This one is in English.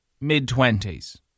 mid-twenties